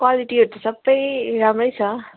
क्वालिटीहरू त सबै राम्रै छ